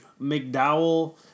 McDowell